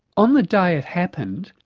on the day it happened,